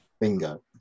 bingo